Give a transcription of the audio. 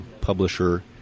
publisher